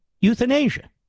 euthanasia